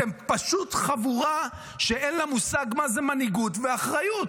אתם פשוט חבורה שאין לה מושג מה זה מנהיגות ואחריות.